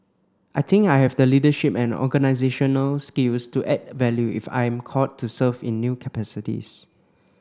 I think I have the leadership and organisational skills to add value if I'm called to serve in new capacities